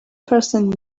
person